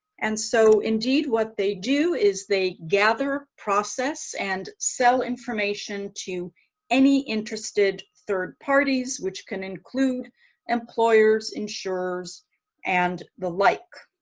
and so indeed what they do is they gather, process, and sell information to any interested third parties which can include employers insurers and the like.